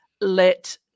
let